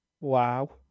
Wow